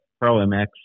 Pro-MX